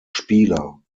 spieler